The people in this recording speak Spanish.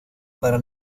para